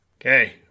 Okay